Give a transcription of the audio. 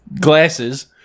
glasses